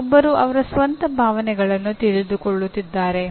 ಒಬ್ಬರು ಅವರ ಸ್ವಂತ ಭಾವನೆಗಳನ್ನು ತಿಳಿದುಕೊಳ್ಳುತ್ತಿದ್ದಾರೆ